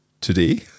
today